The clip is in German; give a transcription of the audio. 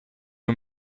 nur